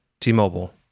T-Mobile